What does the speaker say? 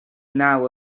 now